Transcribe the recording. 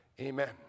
Amen